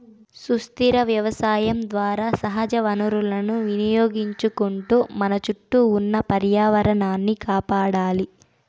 సుస్థిర వ్యవసాయం ద్వారా సహజ వనరులను వినియోగించుకుంటూ మన చుట్టూ ఉన్న పర్యావరణాన్ని కాపాడాలి